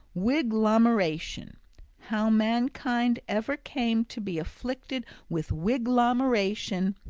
wiglomeration how mankind ever came to be afflicted with wiglomeration,